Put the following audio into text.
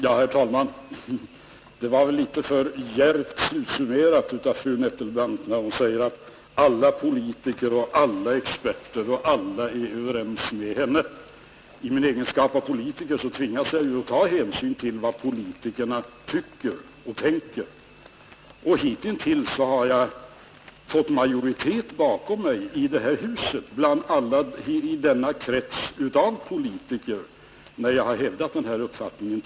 Herr talman! Ja, det var väl litet för djärvt slutsummerat av fru Nettelbrandt när hon säger att alla politiker och alla experter och alla andra är överens med henne. I min egenskap av politiker tvingas jag ju att ta hänsyn till vad politikerna tycker och tänker, och hitintills har jag fått majoritet bakom mig i den krets av politiker som finns i det här huset när jag har hävdat den här uppfattningen.